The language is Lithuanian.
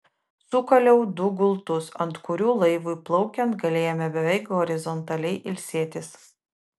sukaliau du gultus ant kurių laivui plaukiant galėjome beveik horizontaliai ilsėtis